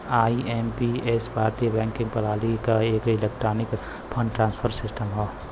IMPS भारतीय banking प्रणाली क एक इलेक्ट्रॉनिक फंड ट्रांसफर सिस्टम हौ